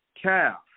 calf